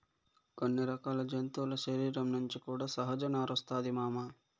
కొన్ని రకాల జంతువుల శరీరం నుంచి కూడా సహజ నారొస్తాది మామ